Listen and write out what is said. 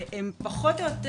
הם פחות או יותר